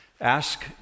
Ask